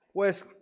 Pues